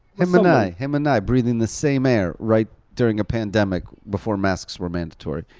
him and i, him and i, breathing the same air, right during a pandemic before masks were mandatory.